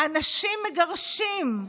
אנשים מגרשים.